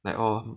like ah